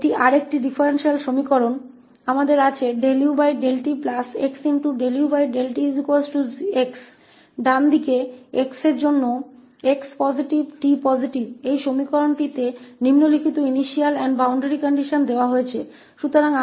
यह एक और डिफरेंशियल एक्वेशन है हमारे पास utxuxxहै दाहिनी ओर x धनात्मक t धनात्मक के लिए x है यह समीकरण निम्नलिखित प्रारंभिक और सीमा स्थितियों के साथ दिया गया है